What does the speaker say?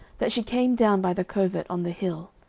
that she came down by the covert on the hill,